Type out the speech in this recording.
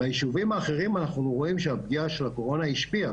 בישובים האחרים אנחנו רואים שהפגיעה של הקורונה השפיעה,